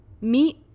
Meet